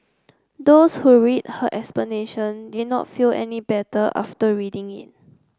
those who read her explanation did not feel any better after reading it